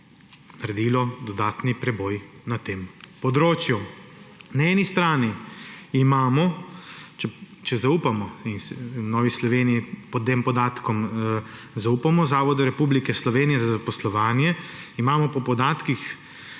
naredilo dodatni preboj na tem področju. Na eni strani imamo – v Novi Sloveniji tem podatkom zaupamo, Zavodu Republike Slovenije za zaposlovanje – po podatkih,